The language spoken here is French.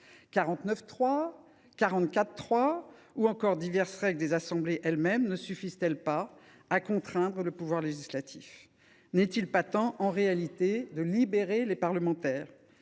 49.3, 44.3 ou encore diverses règles des assemblées elles mêmes ne suffisent ils pas à contraindre le pouvoir législatif ? N’est il pas temps, en réalité, de libérer les parlementaires,